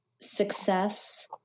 success